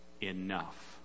enough